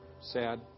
Sad